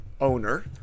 owner